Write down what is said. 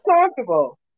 comfortable